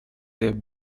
der